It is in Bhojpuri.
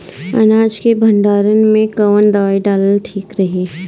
अनाज के भंडारन मैं कवन दवाई डालल ठीक रही?